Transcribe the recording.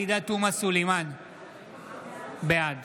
בעד